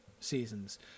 seasons